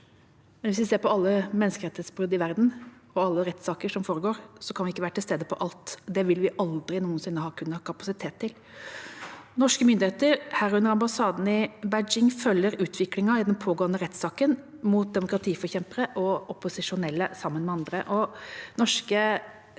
men hvis vi ser på alle menneskerettighetsbrudd i verden og alle rettssaker som foregår, kan vi ikke være til stede på alt. Det vil vi aldri noensinne kunne ha kapasitet til. Norske myndigheter, herunder ambassaden i Beijing, følger utviklingen i den pågående rettssaken mot demokratiforkjempere og opposisjonelle sammen med andre.